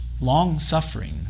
long-suffering